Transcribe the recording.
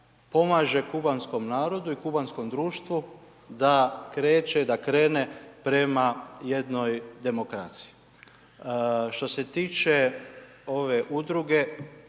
pomaže kubanskom narodu i kubanskom društvu da kreće, da krene prema jednoj demokraciji. Što se tiče ove udruge